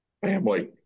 family